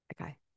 Okay